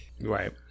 right